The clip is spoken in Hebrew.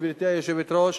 גברתי היושבת-ראש,